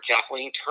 Kathleen